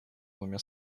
двумя